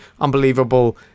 unbelievable